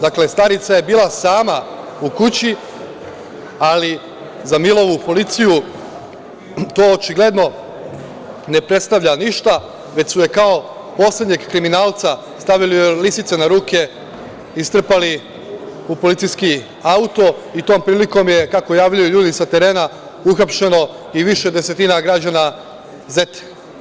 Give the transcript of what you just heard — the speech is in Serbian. Dakle, starica je bila sama u kući, ali za Milovu policiju to očigledno ne predstavlja ništa, već su je kao poslednjeg kriminalca stavili joj lisice na ruke i strpali u policijski auto i tom prilikom je, kako javljaju ljudi sa terena, uhapšeno i više desetina građana Zete.